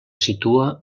situa